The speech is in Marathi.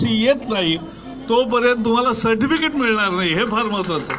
सी येत नाही तोपर्यंत तुम्हाला सर्टिफिकेट मिळणार नाही हे फार महत्वाचं आहे